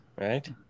right